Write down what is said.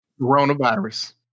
Coronavirus